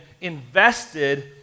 invested